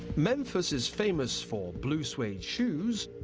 memphis is famous for blue suede shoes,